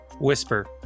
Whisper